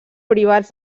privats